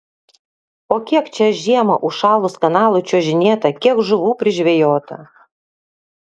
o kiek čia žiemą užšalus kanalui čiuožinėta kiek žuvų prižvejota